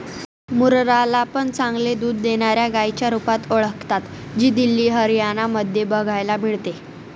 मुर्रा ला पण चांगले दूध देणाऱ्या गाईच्या रुपात ओळखता, जी दिल्ली, हरियाणा मध्ये बघायला मिळते